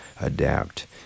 adapt